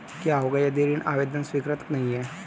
क्या होगा यदि ऋण आवेदन स्वीकृत नहीं है?